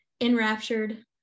enraptured